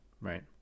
Right